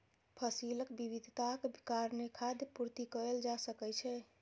फसीलक विविधताक कारणेँ खाद्य पूर्ति कएल जा सकै छै